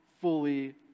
fully